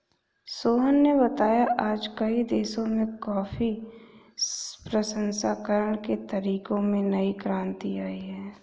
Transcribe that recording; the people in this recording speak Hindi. सोहन ने बताया आज कई देशों में कॉफी प्रसंस्करण के तरीकों में नई क्रांति आई है